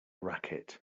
racket